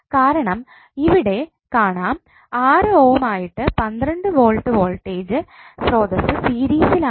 കാരണം ഇവിടെ കാണാം 6 ഓം ആയിട്ട് 12 വോൾട് വോൾടേജ് സ്രോതസ്സ് സീരിസിൽ ആണെന്ന്